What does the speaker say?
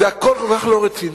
זה הכול כל כך לא רציני.